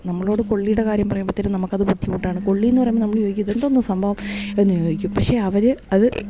നമ്മളോട് കൊള്ളിയുടെ കാര്യം പറയുമ്പോഴത്തേക്കും നമുക്ക് അത് ബുദ്ധിമുട്ടാണ് കൊള്ളി എന്ന് പറയുമ്പം നമ്മൾ ചോദിക്കും എന്തൊന്ന് സംഭവം എന്നു ചോദിക്കും പക്ഷെ അവർ അത്